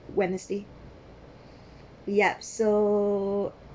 wednesday ya so